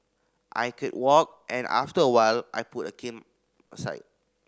I could walk and after a while I put a cane aside